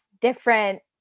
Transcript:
different